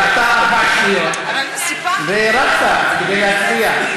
ראתה ארבע שניות ורצה כדי להצביע.